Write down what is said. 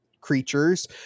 creatures